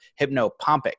hypnopompic